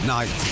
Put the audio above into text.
Night